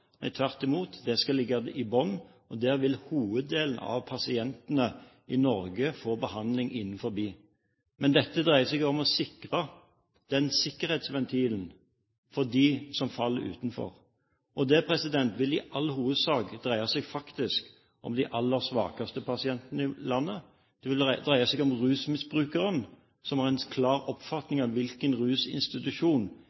tvert imot, det skal ligge i bunnen; der vil hoveddelen av pasientene i Norge få behandling. Dette dreier seg om å lage en sikkerhetsventil for dem som faller utenfor. Og det vil i all hovedsak faktisk dreie seg om de aller svakeste pasientene i landet. Det vil dreie seg om rusmisbrukere, som har en klar